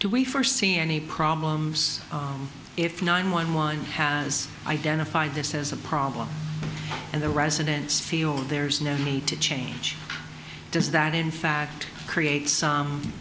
do we first see any problems if nine one one has identified this as a problem and the residents feel there is no need to change does that in fact create